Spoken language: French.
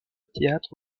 théâtre